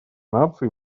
наций